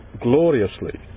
gloriously